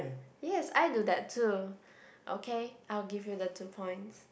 yes I do that too okay I'll give you the two points